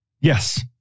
Yes